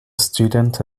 student